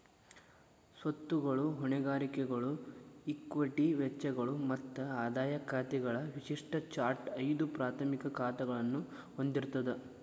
ಸ್ವತ್ತುಗಳು, ಹೊಣೆಗಾರಿಕೆಗಳು, ಇಕ್ವಿಟಿ ವೆಚ್ಚಗಳು ಮತ್ತ ಆದಾಯ ಖಾತೆಗಳ ವಿಶಿಷ್ಟ ಚಾರ್ಟ್ ಐದು ಪ್ರಾಥಮಿಕ ಖಾತಾಗಳನ್ನ ಹೊಂದಿರ್ತದ